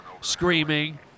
screaming